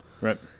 Right